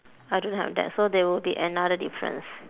I don't have that so there would be another difference